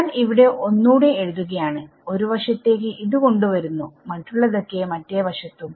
ഞാൻ ഇവിടെ ഒന്നൂടെ എഴുതുകയാണ് ഒരു വശത്തേക്ക് കൊണ്ട് വരുന്നു മറ്റുള്ളതൊക്കെ മറ്റേ വശത്തും